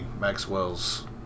Maxwell's